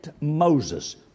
Moses